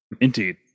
Indeed